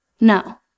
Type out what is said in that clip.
No